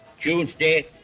Tuesday